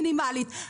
מינימאלית,